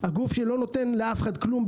הגוף שלא נותן לאף אחד כלום,